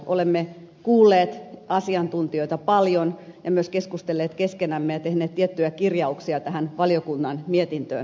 olemme kuulleet asiantuntijoita paljon ja myös keskustelleet keskenämme ja tehneet tiettyjä kirjauksia tähän valiokunnan mietintöön asiasta